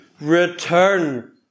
return